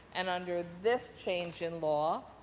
and under this change in law,